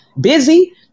Busy